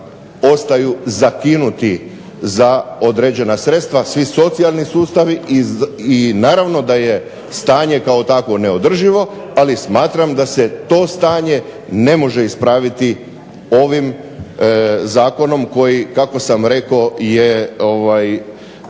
ostaju zakinuti za određena sredstva, svi socijalni sustavi i naravno da je stanje kao takvo neodrživo, ali smatram da se to stanje ne može ispraviti ovim zakonom koji kako sam rekao je